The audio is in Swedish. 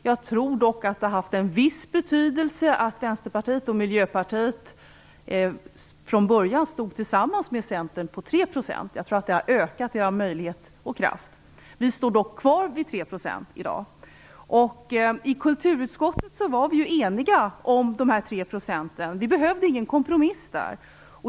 Jag tror dock att det haft en viss betydelse att Vänsterpartiet och Miljöpartiet från början stod tillsammans med Centern på 3 %. Jag tror att det har ökat er möjlighet och kraft. Vi står dock kvar vid 3 % i dag. I kulturutskottet var vi eniga om de här 3 procenten. Vi behövde ingen kompromiss.